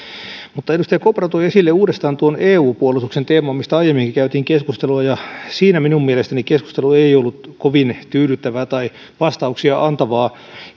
edustaja kopra toi esille uudestaan tuon eu puolustuksen teeman mistä aiemminkin käytiin keskustelua ja siinä minun mielestäni keskustelu ei ollut kovin tyydyttävää tai vastauksia antavaa